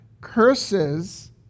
curses